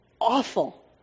awful